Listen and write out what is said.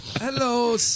Hello